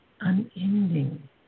unending